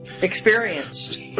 Experienced